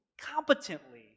competently